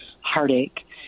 heartache